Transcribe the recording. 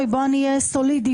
אהיה סולידית.